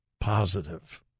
positive